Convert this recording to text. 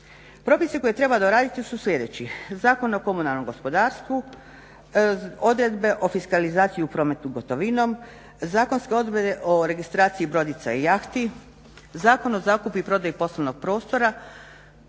Propisi koje treba doraditi su sljedeći: Zakon o komunalnom gospodarstvu, odredbe o fiskalizaciji u prometu gotovinom, zakonske odredbe o registraciji brodica i jahti, Zakon o zakupu i prodaji poslovnog prostora